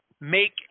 make